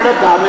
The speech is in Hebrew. כל אדם,